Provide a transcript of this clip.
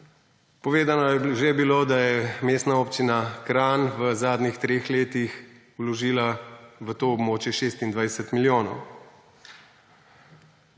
Povedano je že bilo, da je Mestna občina Kranj v zadnjih treh letih vložila v to območje 26 milijonov.